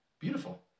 Beautiful